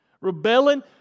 Rebelling